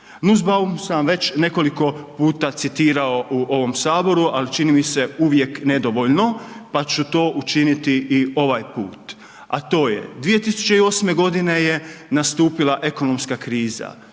Nussbaum sam već nekoliko puta citirao u ovom Saboru ali čini mi se uvijek nedovoljno pa ću to učiniti i ovaj put a to je 2008. g je nastupila ekonomska kriza,